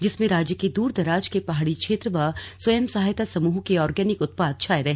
जिसमें राज्य के दूर दराज के पहाड़ी क्षेत्र व स्वयं सहायता समूहों के ऑर्गेनिक उत्पाद छाए रहे